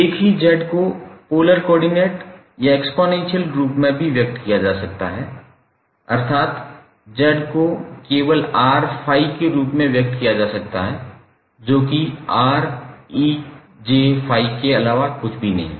एक ही z को पोलर कोर्डिनेट या एक्सपोनेंशियल रूप में भी व्यक्त किया जा सकता है अर्थात z को केवल 𝑟∠∅ के रूप में व्यक्त किया जा सकता है जो कि 𝑟𝑒𝑗∅ के अलावा कुछ भी नहीं है